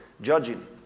judging